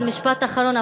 משפט אחרון.